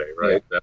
right